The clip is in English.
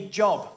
job